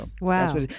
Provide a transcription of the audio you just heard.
Wow